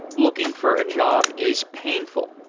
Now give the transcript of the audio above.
looking for a job is painful,